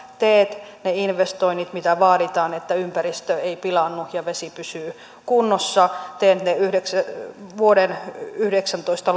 teet ne investoinnit mitä vaaditaan että ympäristö ei pilaannu ja vesi pysyy kunnossa ja teet ne vuoden yhdeksäntoista